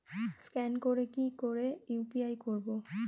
Scan করে কি করে ইউ.পি.আই করবো?